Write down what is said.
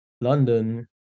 London